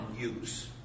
use